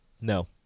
No